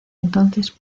entonces